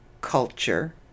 culture